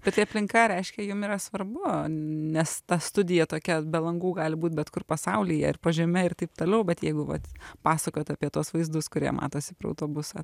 bet tai aplinka reiškia jum yra svarbu nes ta studija tokia be langų gali būt bet kur pasaulyje ir po žeme ir taip toliau bet jeigu vat pasakojat apie tuos vaizdus kurie matosi pro autobusą